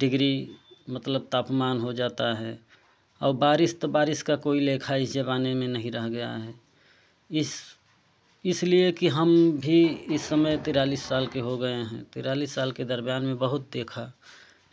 degree मतलब तापमान हो जाता है और बारिश त बारिश का कोई लेखा इस ज़माने में नहीं रह गया है इस्स इसलिए कि हम भी इस समय तिरालीस साल के हो गए हैं तिरालीस साल के दरमियाँ में बहुत देखा